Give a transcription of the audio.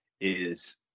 is-